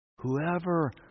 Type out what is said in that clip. Whoever